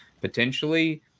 potentially